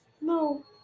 No